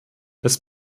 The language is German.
das